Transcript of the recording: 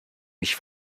mich